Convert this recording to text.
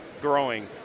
growing